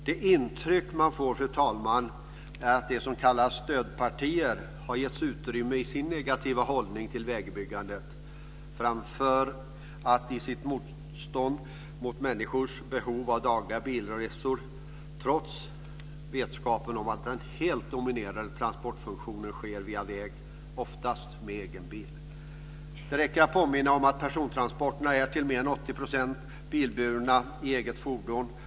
Det intryck man får, fru talman, är att de som kallas stödpartier har getts utrymme för sin negativa hållning till vägbyggandet. Framför allt har de visat brist på förståelse för människors behov av dagliga bilresor, trots vetskapen om att den helt dominerande andelen transporter sker via väg, oftast med egen bil. Det räcker att påminna om att persontransporterna till mer än 80 % utgörs av bilburna med eget fordon.